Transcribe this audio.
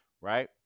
right